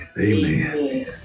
Amen